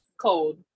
cold